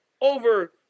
over